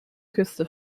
küste